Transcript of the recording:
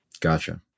Gotcha